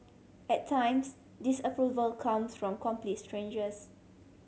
at times disapproval comes from complete strangers